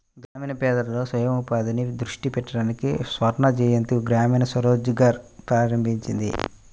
గ్రామీణ పేదలలో స్వయం ఉపాధిని దృష్టి పెట్టడానికి స్వర్ణజయంతి గ్రామీణ స్వరోజ్గార్ ప్రారంభించింది